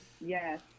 yes